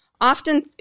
often